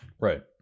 Right